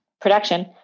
production